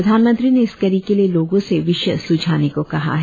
प्रधानमंत्री ने इस कड़ी के लिए लोगों से विषय स्झाने को कहा है